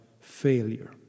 failure